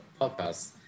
podcast